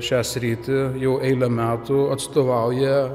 šią sritį jau eilę metų atstovauja